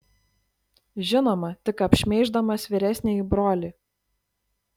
žinoma tik apšmeiždamas vyresnįjį brolį